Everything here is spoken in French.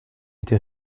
été